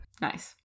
Nice